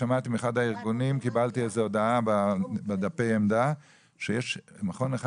קיבלתי הודעה בדפי העמדה לפיה יש מכון אחד